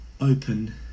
open